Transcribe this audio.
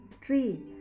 tree